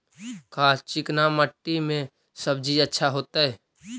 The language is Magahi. का चिकना मट्टी में सब्जी अच्छा होतै?